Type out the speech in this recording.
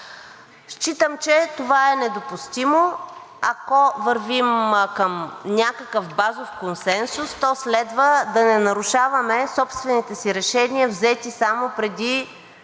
Считам, че това е недопустимо. Ако вървим към някакъв базов консенсус, то следва да не нарушаваме собствените си решения, взети само преди